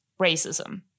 racism